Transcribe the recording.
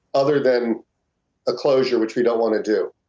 other than a closure, which we don't want to do.